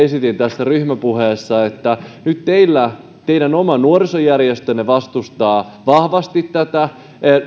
esitin kysymyksen ryhmäpuheessa nyt teidän oma nuorisojärjestönne vastustaa vahvasti tätä